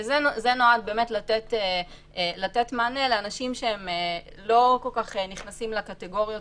זה נועד באמת לתת מענה לאנשים שהם לא כל-כך נכנסים לקטגוריות